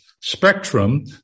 spectrum